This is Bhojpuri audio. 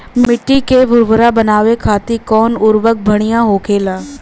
मिट्टी के भूरभूरा बनावे खातिर कवन उर्वरक भड़िया होखेला?